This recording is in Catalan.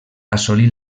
assolí